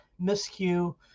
miscue